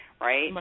right